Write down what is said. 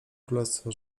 królestwo